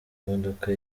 modoka